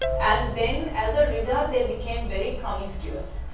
and then as a result they became very promiscuous.